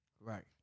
Right